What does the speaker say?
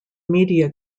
media